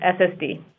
SSD